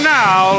now